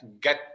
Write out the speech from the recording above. get